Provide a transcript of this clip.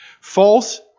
False